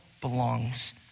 belongs